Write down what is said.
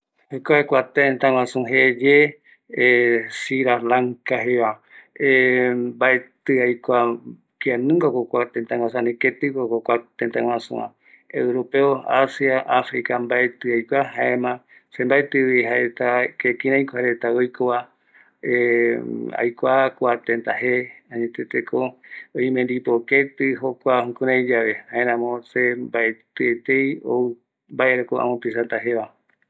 Sirilanka pegua reta kua retako jae iru jo ñanemiari yae budismo jare induismope jaeko jokua iarte jare medicina jare ayurvedika jei supeva retavano erei jaerete ma ome ma ome mboromboete kua iru mbae äporetapeno jae jokua icultura jeko reta